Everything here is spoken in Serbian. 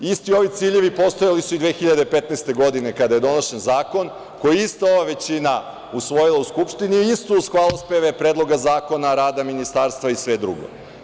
Isti ovi ciljevi postojali su i 2015. godine kada je donošen zakon, koji je ista ova većina usvojila u Skupštini, isto uz hvalospeve predloga zakona, rada Ministarstva i sve drugo.